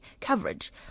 coverage